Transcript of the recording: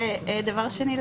ודבר שני,